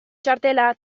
txartela